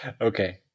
Okay